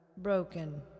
Broken